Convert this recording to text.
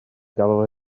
gafodd